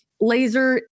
Laser